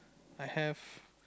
I have